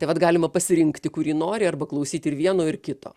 tai vat galima pasirinkti kurį nori arba klausyti ir vieno ir kito